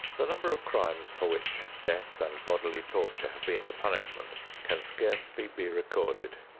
the number of crimes for which death and bodily torture have been the punishment can scarcely be recorded,